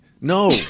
No